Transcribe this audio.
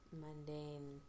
mundane